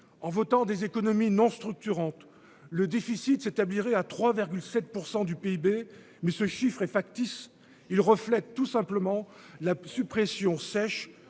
en votant des économies non structurante. Le déficit s'établirait à 3,7% du PIB. Mais ce chiffre est factice, il reflète tout simplement la suppression sèche